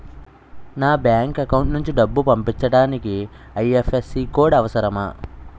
నా bank account నుంచి డబ్బు పంపించడానికి ఐ.ఎఫ్.ఎస్.సి కోడ్ అవసరమా?